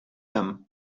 them